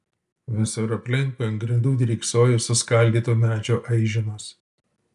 visur aplinkui ant grindų dryksojo suskaldyto medžio aiženos